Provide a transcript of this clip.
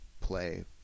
play